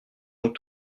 donc